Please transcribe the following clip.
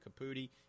Caputi